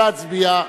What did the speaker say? נא להצביע.